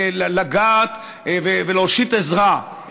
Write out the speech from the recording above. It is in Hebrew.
לגעת ולהושיט עזרה,